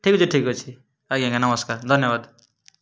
ଠିକ୍ ଅଛି ଠିକ୍ ଅଛି ଆଜ୍ଞା ଆଜ୍ଞା ନମସ୍କାର ଧନ୍ୟବାଦ୍